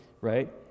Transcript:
right